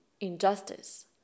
injustice